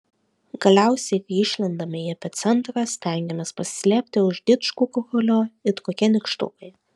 galiausiai kai išlendame į epicentrą stengiamės pasislėpti už didžkukulio it kokie nykštukai